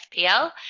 FPL